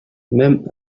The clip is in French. même